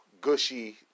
gushy